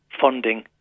funding